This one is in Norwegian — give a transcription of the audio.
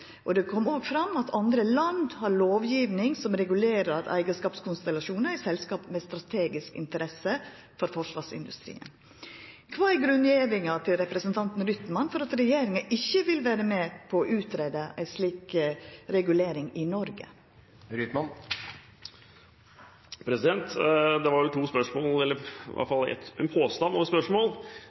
og det kom òg fram at andre land har lovgjeving som regulerer eigarskapskonstellasjonar i selskap med strategisk interesse for forsvarsindustrien. Kva er grunngjevinga til representanten Rytman for at regjeringa ikkje vil vera med på å greia ut om ei slik regulering i Noreg? Det var to spørsmål – eller i hvert fall en påstand og et spørsmål.